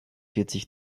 vierzig